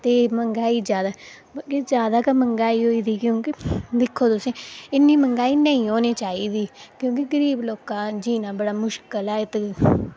मंग्हाई जादा जादा गै मंग्हाई होई गेदी क्योंकि दिक्खो तुस इन्नी मंग्हाई नेईं होनी चाही दी क्योंकि गरीब लोकें दा जीना बड़ा मुश्कल ऐ